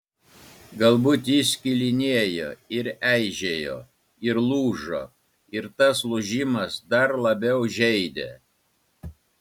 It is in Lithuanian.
galbūt jis skilinėjo ir eižėjo ir lūžo ir tas lūžimas dar labiau žeidė